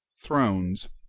thrones,